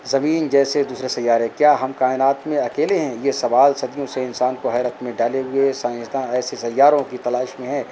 زمین جیسے دوسرے سیارے کیا ہم کائنات میں اکیلے ہیں یہ سوال صدیوں سے انسان کو حیرت میں ڈالے ہوئے سائنداں ایسیے سیاروں کی تلاش میں ہے